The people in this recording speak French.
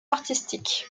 artistique